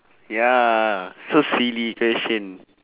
ya so silly question